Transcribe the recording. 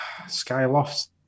Skyloft